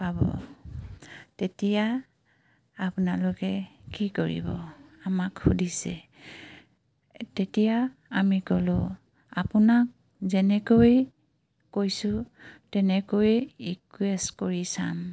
পাব তেতিয়া আপোনালোকে কি কৰিব আমাক সুধিছে তেতিয়া আমি ক'লোঁ আপোনাক যেনেকৈ কৈছোঁ তেনেকৈয়ে ৰিকুৱেষ্ট কৰি চাম